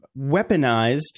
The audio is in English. weaponized